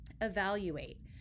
evaluate